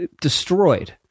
destroyed